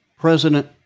President